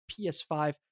ps5